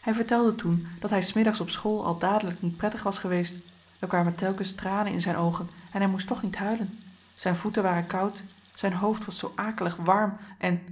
hij vertelde toen dat hij s middags op school al dadelijk niet prettig was geweest er kwamen telkens tranen in zijn oogen en hij moest toch niet huilen zijn voeten waren koud zijn hoofd was zoo akelig warm en